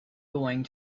going